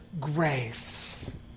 grace